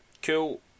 cool